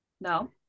no